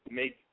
make